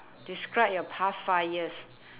describe your past five years